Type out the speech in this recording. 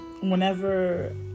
whenever